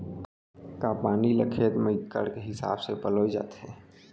का पानी ला खेत म इक्कड़ हिसाब से पलोय जाथे?